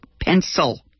pencil